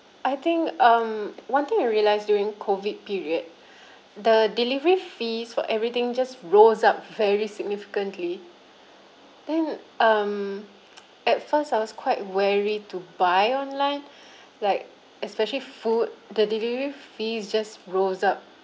I think um one thing I realized during COVID period the delivery fees for everything just rose up very significantly then um at first I was quite wary to buy online like especially food the delivery fees just rose up